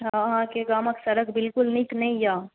अहाँके गामक सड़क बिल्कुल नीक नहि यऽ